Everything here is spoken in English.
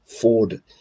Ford